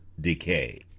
decay